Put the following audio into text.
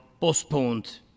postponed